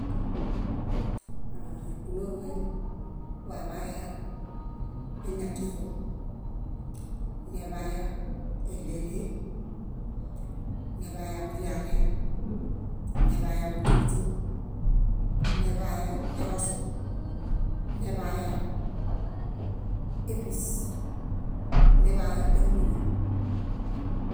Ãã íkuleehe waḃaya éñatifa, neḃaya éɭeɭe, neḃaya muriãriã, neḃaya muźuźũ, neḃaya erosu, neḃaya éṗis, neḃaya éhululu.